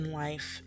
life